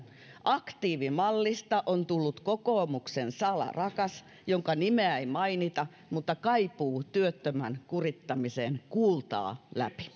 aktiivimallista on tullut kokoomuksen salarakas jonka nimeä ei mainita mutta kaipuu työttömän kurittamiseen kuultaa läpi